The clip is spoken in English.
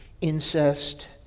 incest